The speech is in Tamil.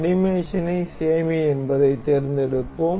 அனிமேஷனைச் சேமி என்பதைத் தேர்ந்தெடுப்போம்